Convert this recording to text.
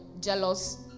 jealous